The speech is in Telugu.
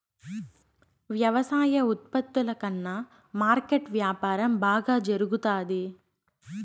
వ్యవసాయ ఉత్పత్తుల కన్నా మార్కెట్ వ్యాపారం బాగా జరుగుతాది